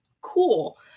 Cool